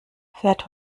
fährt